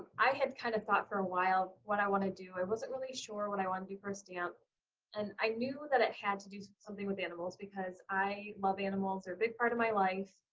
i had kind of thought for a while what i wanted to do. i wasn't really sure what i wanted to do first stamp and i knew that it had to do something with animals because i love animals they're a big part of my life.